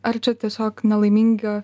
ar čia tiesiog nelaiminga